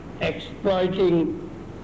exploiting